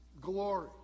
glory